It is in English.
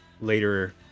later